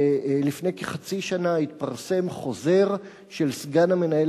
ולפני כחצי שנה התפרסם חוזר של סגן המנהל